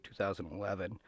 2011